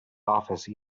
office